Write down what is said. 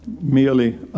merely